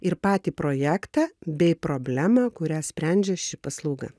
ir patį projektą bei problemą kurią sprendžia ši paslauga